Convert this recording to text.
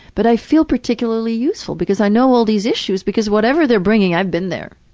but i feel particularly useful because i know all these issues because whatever they're bringing, i've been there.